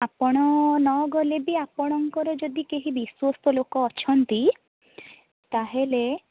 ଆପଣ ନ ଗଲେ ବି ଆପଣଙ୍କର ଯଦି କେହି ବିଶ୍ଵସ୍ତ ଲୋକ ଅଛନ୍ତି ତା'ହେଲେ